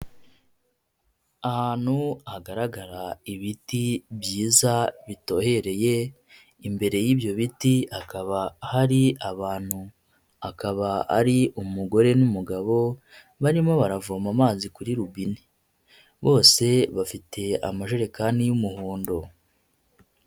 Ahantu hagaragara ibiti byiza bitohereye, imbere y'ibyo biti hakaba hari abantu, akaba ari umugore n'umugabo barimo baravoma amazi kuri rubine, bose bafite amajerekani y'umuhondo.